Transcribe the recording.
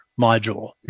module